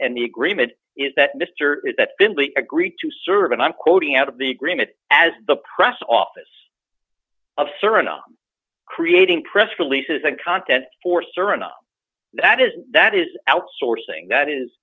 and the agreement is that mr agreed to serve and i'm quoting out of the agreement as the press office of suriname creating press releases and content for suriname that is that is outsourcing that